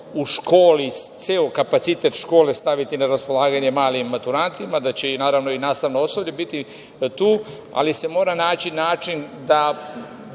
u školi ceo kapacitet škole staviti na raspolaganje malim maturantima, da će i nastavno osoblje biti tu, ali se mora naći način da